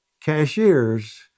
Cashiers